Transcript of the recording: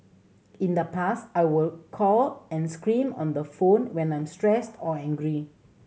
in the past I will call and scream on the phone when I'm stressed or angry